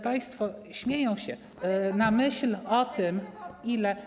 Państwo śmieją się na myśl o tym, ile.